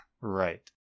Right